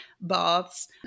baths